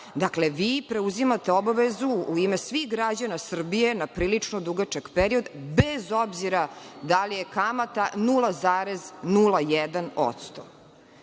Dakle, vi preuzimate obavezu u ime svih građana Srbije na prilično dugačak period, bez obzira da li je kamata 0,01%.